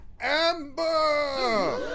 Amber